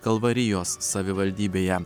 kalvarijos savivaldybėje